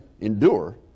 endure